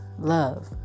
love